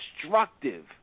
destructive